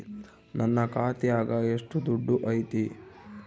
ನನ್ನ ಖಾತ್ಯಾಗ ಎಷ್ಟು ದುಡ್ಡು ಐತಿ?